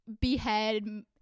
behead